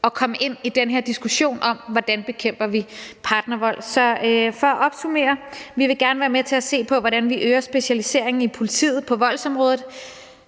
at komme ind i den her diskussion om, hvordan vi bekæmper partnervold. Så for at opsummere vil vi gerne være med til at se på, hvordan vi øger specialiseringen i politiet på voldsområdet.